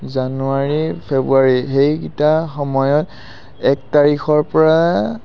জানুৱাৰী ফেব্ৰুৱাৰী সেইকেইটা সময়ত এক তাৰিখৰপৰা